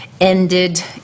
ended